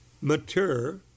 mature